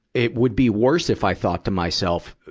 it would be worse if i thought to myself,